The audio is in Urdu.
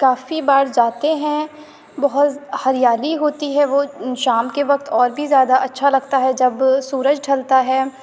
کافی بار جاتے ہیں بہت ہریالی ہوتی ہے وہ شام کے وقت اور بھی زیادہ اچھا لگتا ہے جب سورج ڈھلتا ہے